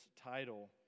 title